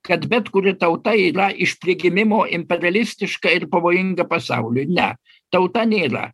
kad bet kuri tauta yra iš prigimimo imperialistiška ir pavojinga pasauliui ne tauta nėra